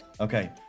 okay